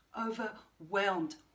overwhelmed